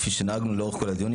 כפי שנהגנו לאורך כל הדיונים,